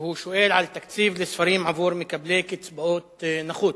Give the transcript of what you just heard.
והוא שואל על תקציב לספרים עבור מקבלי קצבאות נכות.